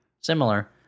similar